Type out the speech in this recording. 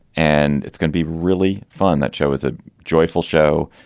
and it's gonna be really fun. that show is a joyful show.